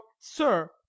sir